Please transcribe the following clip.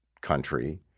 country